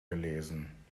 gelesen